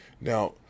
Now